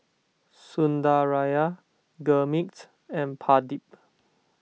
Sundaraiah Gurmeet and Pradip